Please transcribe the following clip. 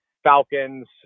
Falcons